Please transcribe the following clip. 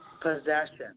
Possession